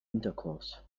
intercourse